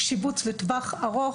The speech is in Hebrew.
שיבוץ לטווח ארוך,